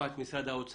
ואת משרד האוצר